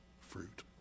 fruit